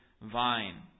vine